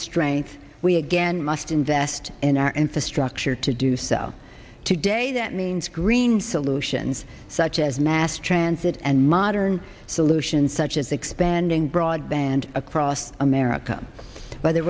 strength we again must invest in our infrastructure to do so today that means green solutions such as mass transit and modern solutions such as expanding broadband across america well there